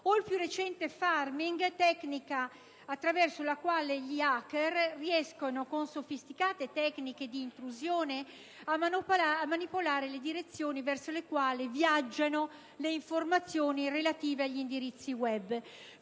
o il più recente *pharming*, tecnica attraverso la quale gli *hacker* riescono con sofisticate tecniche di intrusione a manipolare le direzioni verso le quali viaggiano le informazioni relative agli indirizzi *web*.